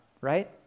right